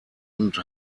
und